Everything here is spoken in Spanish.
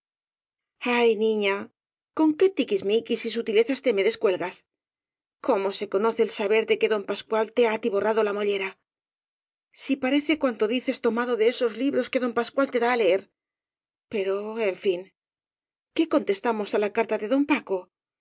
ay niña con qué tiquis miquis y sutilezas te me descuelgas cómo se conoce el saber de que don pascual te ha atiborrado la mollera si parece cuanto dices tomado de esos libros que don pas cual te da á leer pero en fin qué contestamos á la carta de don paco